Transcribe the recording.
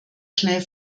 schnell